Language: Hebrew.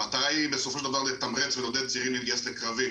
המטרה היא בסופו של דבר לתמרץ ולעודד צעירים להתגייס לקרבי.